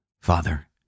Father